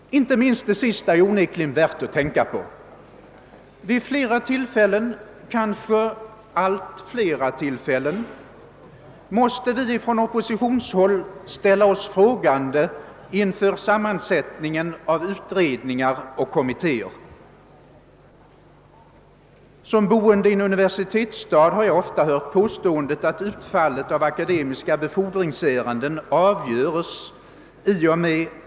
Inte minst det sista är onekligen värt att tänka på. Vid flera tillfällen — kanske allt flera tillfällen — måste vi från oppositionshåll ställa oss frågande inför sammansättningen av utredningar och kommittéer. Som boende i en universitetsstad har jag ofta hört påståendet att utfallet av akademiska befordringsärenden avgörs i och med.